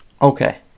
Okay